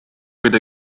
with